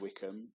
Wickham